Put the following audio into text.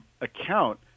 account